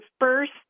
first